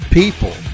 people